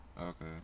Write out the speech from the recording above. Okay